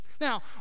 Now